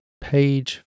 page